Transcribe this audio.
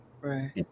Right